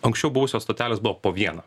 anksčiau buvusios stotelės buvo po vieną